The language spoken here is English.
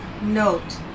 note